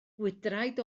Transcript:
gwydraid